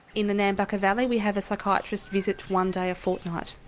in the nambucca valley we have a psychiatrist visit one day a fortnight.